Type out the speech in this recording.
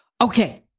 okay